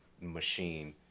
machine